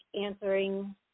answering